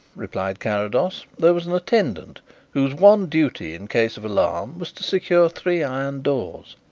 replied carrados, there was an attendant whose one duty in case of alarm was to secure three iron doors.